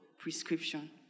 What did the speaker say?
prescription